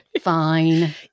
Fine